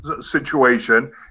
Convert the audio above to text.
situation